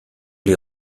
les